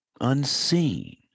unseen